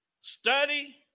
study